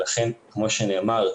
לכן כמו שנאמר,